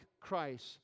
Christ